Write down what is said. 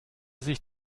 sich